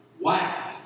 Wow